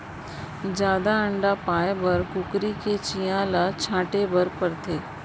जादा अंडा पाए बर कुकरी के चियां ल छांटे बर परथे